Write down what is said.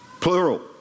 plural